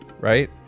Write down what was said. right